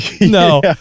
No